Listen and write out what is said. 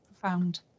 profound